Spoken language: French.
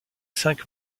cinq